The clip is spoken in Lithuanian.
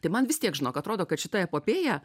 tai man vis tiek žinok atrodo kad šita epopėja